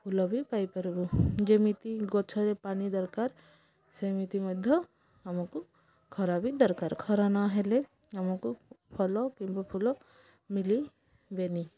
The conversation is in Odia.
ଫୁଲ ବି ପାଇପାରିବୁ ଯେମିତି ଗଛରେ ପାଣି ଦରକାର ସେମିତି ମଧ୍ୟ ଆମକୁ ଖରା ବି ଦରକାର ଖରା ନହେଲେ ଆମକୁ ଫଲ କିମ୍ବା ଫୁଲ ମିଲିବେନି